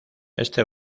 este